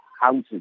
houses